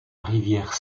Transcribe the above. rivière